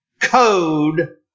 code